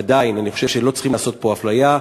עדיין, אני חושב שלא צריכים לעשות פה אפליה: